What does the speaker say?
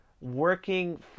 working